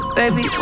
baby